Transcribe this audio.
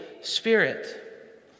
Spirit